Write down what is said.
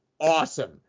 awesome